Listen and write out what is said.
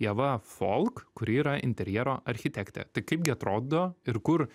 ieva folk kuri yra interjero architektė tai kaip gi atrodo ir kur